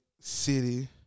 city